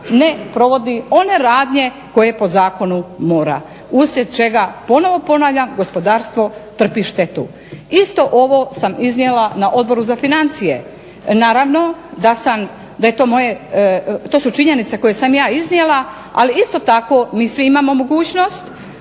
ne provodi one radnje koje po zakonu mora uslijed čega ponovno ponavljam gospodarstvo trpi štetu. Isto ovo sam iznijela na Odboru za financije. Naravno da sam, to su činjenice koje sam ja iznijela, ali isto tako mi svi imamo mogućnost